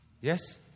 Yes